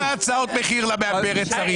כמה הצעות מחיר למאפרת צריך?